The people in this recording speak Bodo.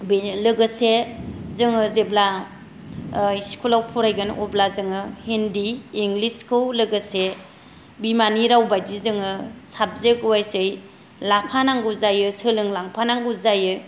बे लोगोसे जोङो जेब्ला स्कुलाव फरायगोन अब्ला जों हिन्दि इंलिसखौ बिमानि राव बादि जोङो साबजेक वाइसयै लाफानांगौ जायो सोलोंलाफानो गोनां जायो